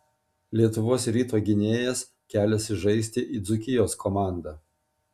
lietuvos ryto gynėjas keliasi žaisti į dzūkijos komandą